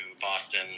boston